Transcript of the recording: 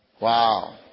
Wow